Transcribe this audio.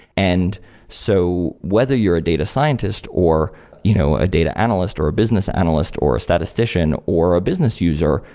and so whether you're a data scientist, or you know a data analyst, or a business analyst, or a statistician, or a business user,